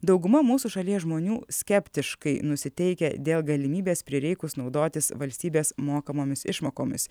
dauguma mūsų šalies žmonių skeptiškai nusiteikę dėl galimybės prireikus naudotis valstybės mokamomis išmokomis